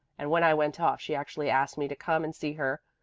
and when i went off she actually asked me to come and see her.